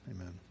amen